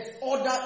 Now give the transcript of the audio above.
order